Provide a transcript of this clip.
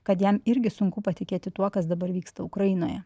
kad jam irgi sunku patikėti tuo kas dabar vyksta ukrainoje